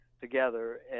together